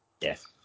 Yes